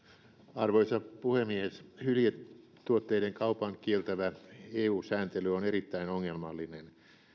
arvoisa puhemies hyljetuotteiden kaupan kieltävä eu sääntely on erittäin ongelmallinen